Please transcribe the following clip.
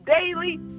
daily